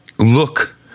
look